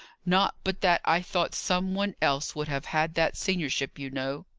not but that i thought some one else would have had that seniorship, you know!